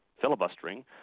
filibustering